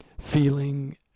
feeling